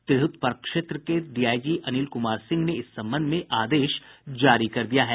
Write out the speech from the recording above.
तिरहुत प्रक्षेत्र के डीआईजी अनिल कुमार सिंह ने इस संबंध में आदेश जारी कर दिया है